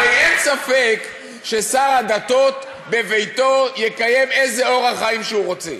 הרי אין ספק ששר הדתות בביתו יקיים איזה אורח חיים שהוא רוצה.